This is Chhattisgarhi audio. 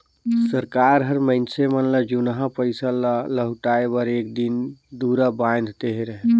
सरकार हर मइनसे मन ल जुनहा पइसा ल लहुटाए बर एक दिन दुरा बांएध देहे रहेल